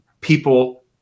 people